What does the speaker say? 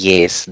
Yes